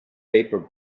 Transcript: paper